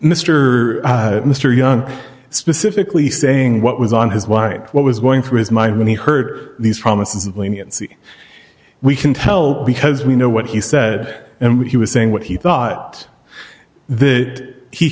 mr mr young specifically saying what was on his wife what was going through his mind when he heard these promises of leniency we can tell because we know what he said and what he was saying what he thought that he